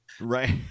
Right